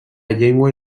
llengua